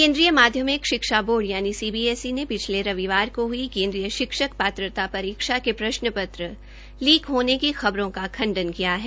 केन्द्रीय माध्यमिक शिक्षा बोर्ड सीबीएसई ने पिछले रविार को हुई केन्द्रीय माध्यमिक शिक्षक पात्रता परीक्षा सीटैट के प्रश्न पत्र लीक होने की खबरों के खण्डन किया है